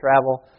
travel